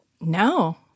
No